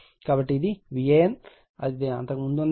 కాబట్టి ఇది Van అదే ఇంతకుముందు ఉన్నదే